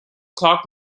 clock